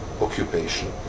occupation